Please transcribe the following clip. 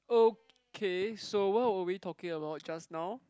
okay so what were we talking about just now